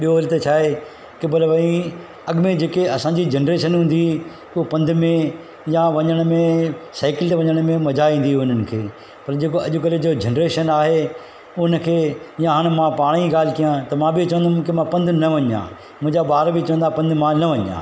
ॿियो वरी त छा आहे की पर भाई अॻु में जेके असां जी जनरेशन हूंदी हुई उहो पंध में या वञण में साईकिल ते वञण में मज़ा ईंदी हुई हुननि खे पर जेको अॼुकल्ह जो जेको जनरेशन आहे उनखे या हाणे मां पाण ई ॻाल्हि कयां त मां बि चवंदुमि मूंखे मां पंधु न वञां मुंहिंजा ॿार बि चवंदा पंधु मां न वञां